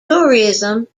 tourism